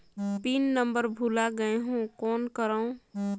Pin number भुला गयें हो कौन करव?